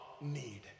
need